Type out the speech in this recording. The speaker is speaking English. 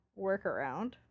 workaround